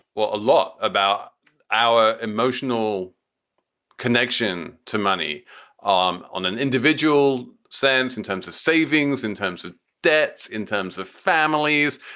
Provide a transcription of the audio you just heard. well, a lot about our emotional connection to money um on an individual sense in terms of savings, in terms of debts, in terms of families.